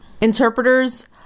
interpreters